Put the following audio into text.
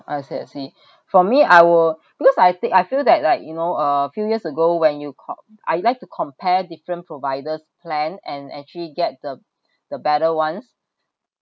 I see I see for me I will because I think I feel that like you know uh few years ago when you co~I like to compare different providers plan and actually get the the better ones